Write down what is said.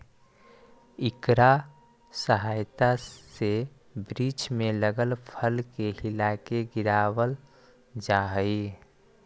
इकरा सहायता से वृक्ष में लगल फल के हिलाके गिरावाल जा हई